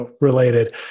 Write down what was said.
related